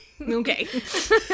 Okay